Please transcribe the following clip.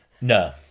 no